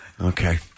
Okay